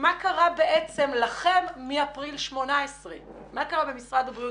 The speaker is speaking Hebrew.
מה קרה לכם מאפריל 2018. מה קרה במשרד הבריאות,